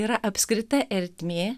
yra apskrita ertmė